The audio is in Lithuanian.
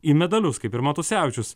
į medalius kaip ir matusevičius